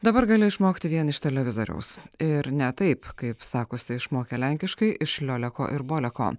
dabar gali išmokti vien iš televizoriaus ir ne taip kaip sakosi išmokę lenkiškai iš lioleko ir boleko